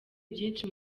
byinshi